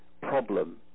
problem